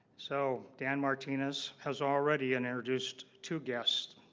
so dan martinez has already and introduced to guests